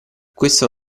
questo